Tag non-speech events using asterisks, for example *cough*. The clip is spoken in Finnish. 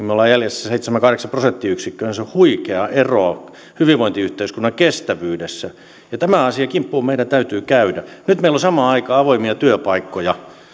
*unintelligible* me olemme jäljessä seitsemän viiva kahdeksan prosenttiyksikköä niin se on huikea ero hyvinvointiyhteiskunnan kestävyydessä ja tämän asian kimppuun meidän täytyy käydä nyt meillä on samaan aikaan avoimia työpaikkoja niitä